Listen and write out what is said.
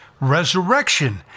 resurrection